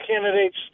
candidates